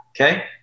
okay